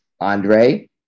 Andre